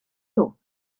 nhw